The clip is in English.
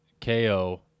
KO